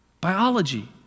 biology